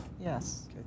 Yes